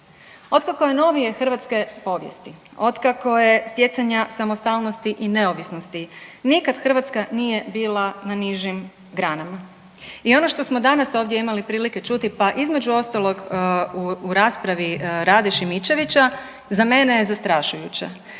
Otkako je novije hrvatske povijesti, otkako je stjecanja samostalnosti i neovisnosti, nikad Hrvatska nije bila na nižim granama i ono što smo danas ovdje imali prilike čuti, pa između ostalog u raspravi Rade Šimičevića, za mene je zastrašujuće.